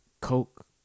Coke